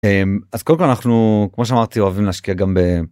אז כל כך אנחנו כמו שאמרתי אוהבים להשקיע גם ב...